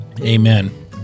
Amen